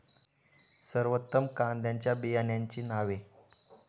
सर्वोत्तम कांद्यांच्या बियाण्यांची नावे?